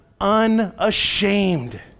unashamed